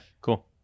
Cool